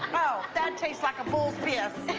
oh, that tastes like a bull's piss.